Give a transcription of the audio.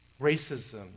Racism